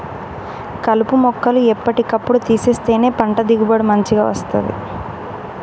కలుపు మొక్కలు ఎప్పటి కప్పుడు తీసేస్తేనే పంట దిగుబడి మంచిగ వస్తది